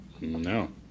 no